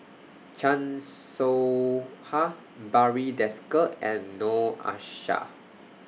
Chan Soh Ha Barry Desker and Noor Aishah